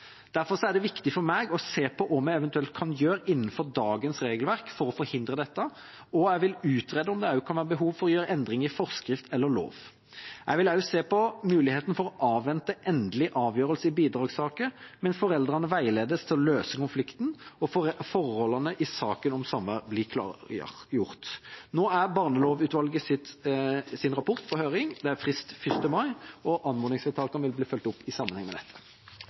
Derfor er det viktig for meg å se på hva vi eventuelt kan gjøre innenfor dagens regelverk for å forhindre dette, og jeg vil utrede om det også kan være behov for å gjøre endring i forskrift eller lov. Jeg vil også se på muligheten for å avvente endelig avgjørelse i bidragssaker, mens foreldrene veiledes til å løse konflikten og forholdene i saken om samvær blir klargjort. Nå er barnelovutvalgets rapport på høring. Det er frist 1. mai, og anmodningsvedtakene vil bli fulgt opp i sammenheng med dette.